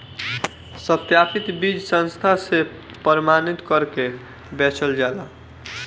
सत्यापित बीज संस्था से प्रमाणित करके बेचल जाला